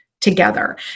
together